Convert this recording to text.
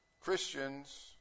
Christians